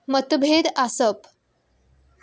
मतभेद आसप